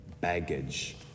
baggage